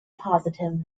positive